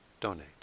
donate